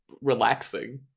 relaxing